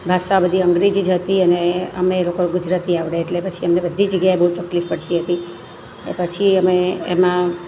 ભાષા બધી અંગ્રેજી જ હતી અને અમે લોકોને ગુજરાતી આવડે પછી એટલે અમને બધી જ જગ્યાએ બહુ તકલીફ પડતી હતી ને પછી અમે એમાં